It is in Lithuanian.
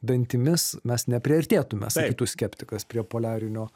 dantimis mes nepriartėtume sakytų skeptikas prie poliarinio